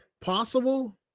possible